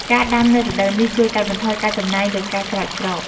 ការដាំនៅរដូវនេះជួយកាត់បន្ថយការចំណាយលើការស្រោចស្រព។